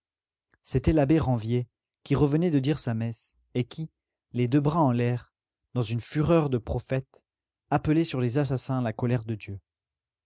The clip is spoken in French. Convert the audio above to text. c'était l'abbé ranvier qui revenait de dire sa messe et qui les deux bras en l'air dans une fureur de prophète appelait sur les assassins la colère de dieu